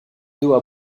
dos